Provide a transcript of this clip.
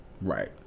right